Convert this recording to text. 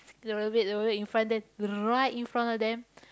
rollerblade rollerblade in front then right in front of them